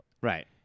Right